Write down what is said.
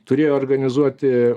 turi organizuoti